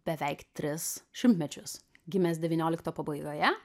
beveik tris šimtmečius gimęs devyniolikto pabaigoje